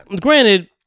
granted